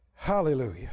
Hallelujah